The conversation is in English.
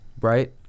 Right